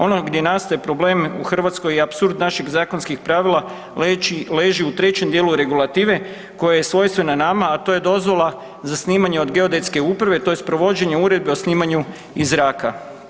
Ono gdje nastaje problem u Hrvatskoj je apsurd naših zakonskih pravila leži u trećem djelu regulative koja je svojstvena nama a to je dozvola za snimanje od geodetske uprave tj. provođenje uredbe o snimanju iz zraka.